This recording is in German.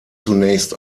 zunächst